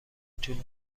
طول